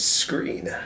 screen